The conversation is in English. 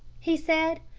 he said.